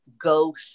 go